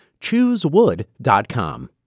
Choosewood.com